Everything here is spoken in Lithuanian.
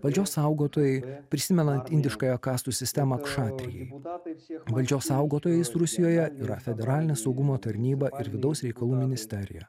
valdžios saugotojai prisimenant indiškąją kastų sistemą kšatrijai valdžios saugotojais rusijoje yra federalinė saugumo tarnyba ir vidaus reikalų ministerija